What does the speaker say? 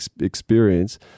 experience